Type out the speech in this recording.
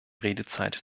redezeit